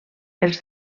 els